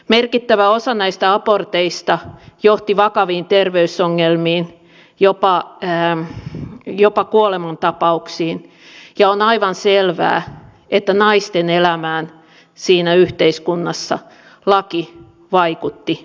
merkittävä osa näistä aborteista johti vakaviin terveysongelmiin jopa kuolemantapauksiin ja on aivan selvää että naisten elämään siinä yhteiskunnassa laki vaikutti merkittävästi